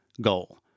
goal